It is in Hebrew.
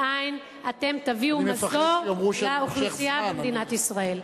מאין אתם תביאו מזור לאוכלוסייה במדינת ישראל?